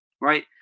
right